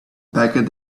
packed